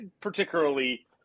particularly